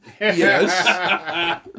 Yes